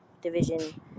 division